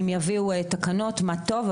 אם יביאו תקנות מה טוב,